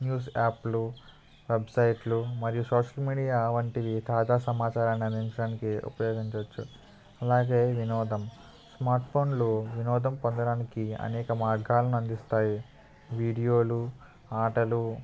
news యాప్లు వెబ్సైట్లు మరియు సోషల్ మీడియా వంటి తాజా సమాచారాన్ని అందించడానికి ఉపయోగించవచ్చు అలాగే వినోదం స్మార్ట్ ఫోన్లు వినోదం పొందడానికి అనేక మార్గాలను అందిస్తాయి వీడియోలు ఆటలు